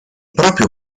proprio